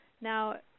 Now